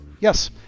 Yes